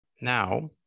Now